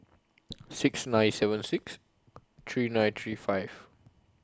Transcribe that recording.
six nine seven six three nine three five